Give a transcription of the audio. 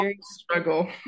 struggle